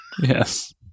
Yes